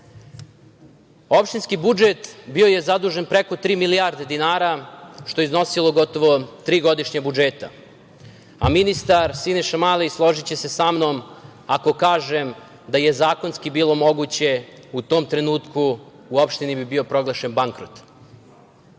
Opštinski budžet bio je zadužen preko tri milijarde dinara, što je iznosilo gotovo tri godišnja budžeta, a ministar Siniša Mali složiće se sa mnom ako kažem da je zakonski bilo moguće u tom trenutku u opštini bi bio proglašen bankrot. Danas,